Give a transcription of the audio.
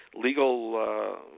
legal